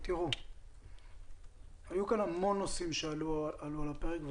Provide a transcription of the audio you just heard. היו כאן הרבה נושאים שעלו על הפרק,